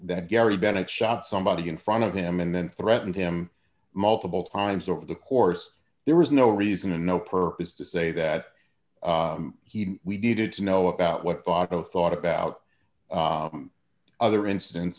that gary bennett shot somebody in front of him and then threatened him multiple times over the course there was no reason and no purpose to say that he we needed to know about what otto thought about other incidents